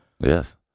Yes